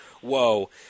Whoa